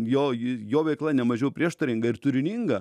jo jo veikla ne mažiau prieštaringa ir turininga